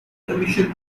emission